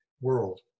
world